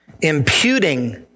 Imputing